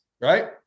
Right